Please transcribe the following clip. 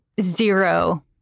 zero